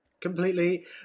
completely